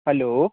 hello